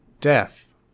Death